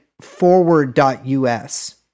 Forward.Us